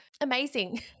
amazing